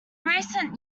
recent